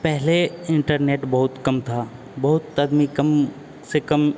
पहले इंटरनेट बहुत कम था बहुत आदमी कम से कम